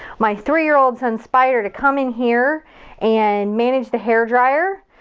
my three year old son, spyder, to come in here and manage the hair dryer.